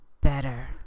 better